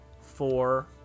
four